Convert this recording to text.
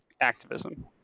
activism